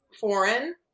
foreign